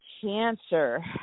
Cancer